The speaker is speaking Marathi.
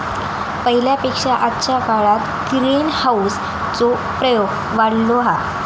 पहिल्या पेक्षा आजच्या काळात ग्रीनहाऊस चो प्रयोग वाढलो हा